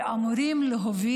וואו,